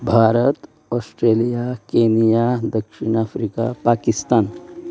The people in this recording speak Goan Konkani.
भारत ऑट्रेलिया केनिया दक्षिण आफ्रिका पाकिस्तान